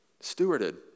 Stewarded